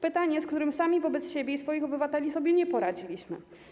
Pytanie, z którym sami wobec siebie i swoich obywateli sobie nie poradziliśmy.